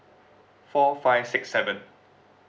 four five six seven